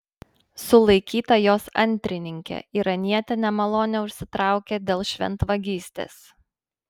sulaikyta jos antrininkė iranietė nemalonę užsitraukė dėl šventvagystės